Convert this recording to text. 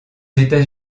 états